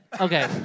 Okay